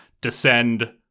descend